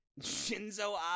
Shinzo